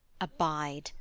Abide